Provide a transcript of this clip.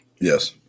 Yes